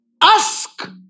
Ask